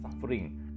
suffering